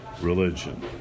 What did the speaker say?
religion